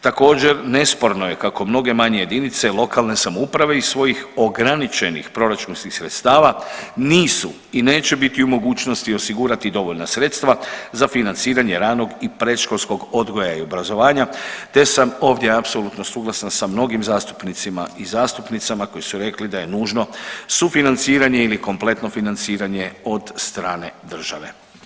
Također nesporno je kako mnoge manje jedinice lokalne samouprave iz svojih ograničenih proračunskih sredstava nisu i neće biti u mogućnosti osigurati dovoljna sredstva za financiranje ranog i predškolskog odgoja i obrazovanja, te sam ovdje apsolutno suglasan sa mnogim zastupnicima i zastupnicama koji su rekli da je nužno sufinanciranje ili kompletno financiranje od strane države.